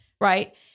Right